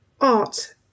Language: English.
art